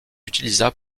utilisa